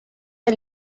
del